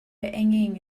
hanging